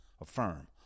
Affirm